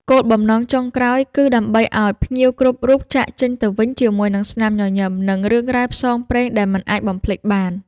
គោលបំណងចុងក្រោយ គឺដើម្បីឱ្យភ្ញៀវគ្រប់រូបចាកចេញទៅវិញជាមួយនឹងស្នាមញញឹម និងរឿងរ៉ាវផ្សងព្រេងដែលមិនអាចបំភ្លេចបាន។